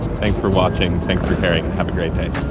thanks for watching, thanks for caring, have a great day!